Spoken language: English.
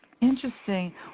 Interesting